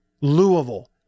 Louisville